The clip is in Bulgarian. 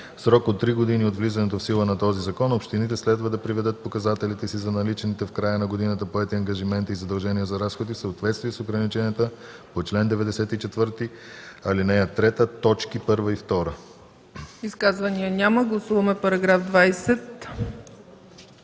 срок от три години от влизането в сила на този закон общините следва да приведат показателите си за наличните в края на годината поети ангажименти и задължения за разходи в съответствие с ограниченията по чл. 94, ал. 3, т. 1 и 2.“ ПРЕДСЕДАТЕЛ ЦЕЦКА ЦАЧЕВА: Изказвания няма. Гласуваме § 20.